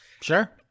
Sure